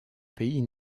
pays